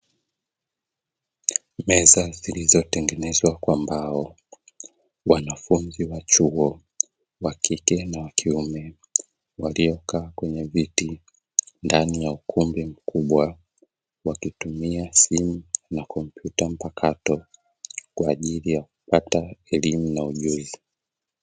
Meza zilizotengenezwa kwa mbao, wanafunzi wa chuo wa kike na wa kiume waliokaa kwenye viti, ndani ya ukumbi mkubwa, wakitumia simu na komputa mpakato, kwa ajili ya kupata elimu na ujuzi.